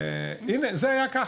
(באמצעות מצגת) הנה, זה היה ככה,